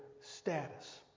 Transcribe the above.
status